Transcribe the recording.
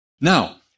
Now